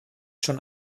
schon